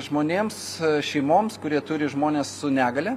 žmonėms šeimoms kurie turi žmones su negalia